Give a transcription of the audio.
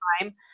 time